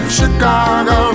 Chicago